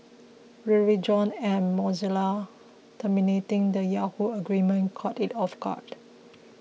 Verizon and Mozilla terminating the Yahoo agreement caught it off guard